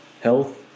health